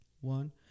one